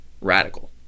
radical